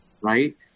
right